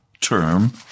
term